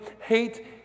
hate